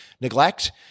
neglect